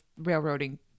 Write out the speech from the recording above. railroading